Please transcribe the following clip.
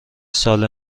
سال